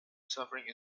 suffering